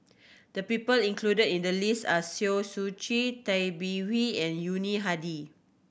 the people included in the list are Siow Chin Tay Bin Wee and Yuni Hadi